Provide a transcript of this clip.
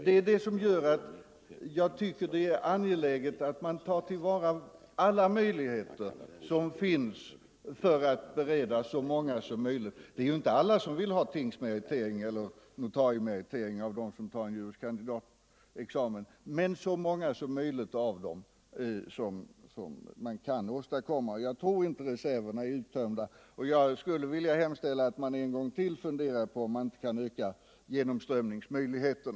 Därför tycker jag att det är angeläget att ta till vara alla möjligheter för att bereda så många som möjligt tingsmeritering eller notariemeritering. Alla som tar en juris kandidatexamen vill ju inte ha tingsmeritering eller notariemeritering. Jag tror inte att reserverna är uttömda utan att man kan bereda fler tillfällen till tingsmeritering. Jag skulle vilja hemställa att man ytterligare funderar på möjligheterna att öka genomströmningshastigheten.